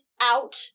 out